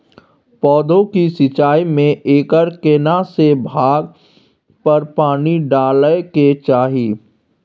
पौधों की सिंचाई में एकर केना से भाग पर पानी डालय के चाही?